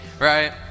right